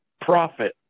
profit